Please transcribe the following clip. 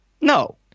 No